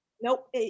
Nope